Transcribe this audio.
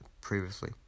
previously